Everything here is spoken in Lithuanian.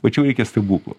va čia jau reikia stebuklo